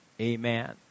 Amen